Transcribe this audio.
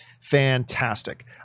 fantastic